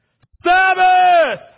Sabbath